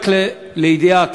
רק לידיעה,